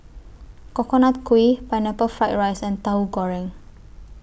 Coconut Kuih Pineapple Fried Rice and Tauhu Goreng